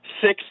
six